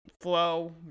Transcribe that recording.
flow